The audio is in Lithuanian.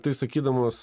tai sakydamas